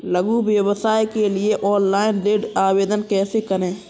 लघु व्यवसाय के लिए ऑनलाइन ऋण आवेदन कैसे करें?